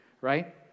right